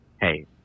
hey